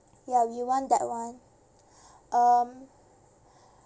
ya we want that [one] um